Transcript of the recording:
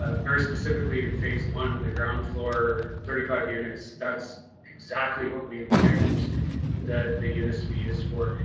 ah very specifically in phase one, the ground floor thirty five units? that's exactly what we intend the the units to be used for.